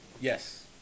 Yes